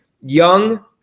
young